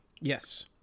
Yes